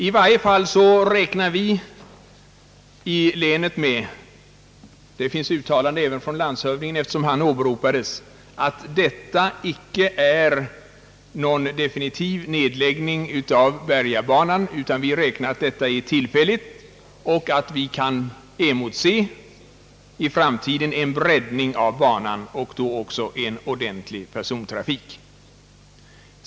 I varje fall räknar vi i länet med att vad som beslutats icke är någon definitiv nedläggning av persontrafiken på Bergabanan; eftersom landshövdingen åberopades vill jag nämna att även han har uttalat sig i den riktningen. Vi anser att nedläggningen är tillfällig och att vi bör kunna motse en breddning av banan i framtiden och då även en ordentlig persontrafik.